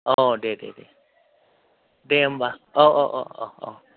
औ दे दे दे दे होम्बा अ अ अ अ